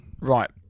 Right